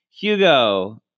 Hugo